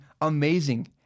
amazing